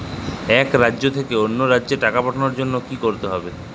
এক রাজ্য থেকে অন্য রাজ্যে টাকা পাঠানোর জন্য কী করতে হবে?